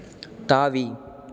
தாவி